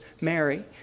Mary